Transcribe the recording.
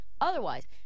otherwise